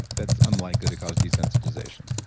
that's unlikely to cause desensitization.